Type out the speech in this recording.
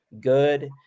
good